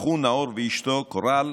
הפכו נאור ואשתו קורל,